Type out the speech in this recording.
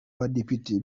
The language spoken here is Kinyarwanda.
abadepite